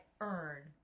earn